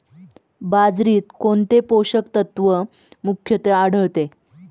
बाजरीत कोणते पोषक तत्व मुख्यत्वे आढळते?